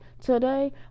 today